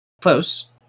Close